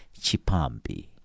Chipambi